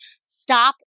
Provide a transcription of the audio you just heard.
stop